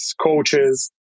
coaches